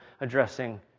addressing